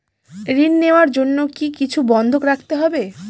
ঋণ নেওয়ার জন্য কি কিছু বন্ধক রাখতে হবে?